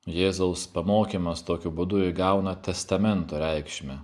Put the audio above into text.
jėzaus pamokymas tokiu būdu įgauna testamento reikšmę